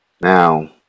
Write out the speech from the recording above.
Now